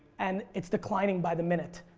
and it's declining by the minute.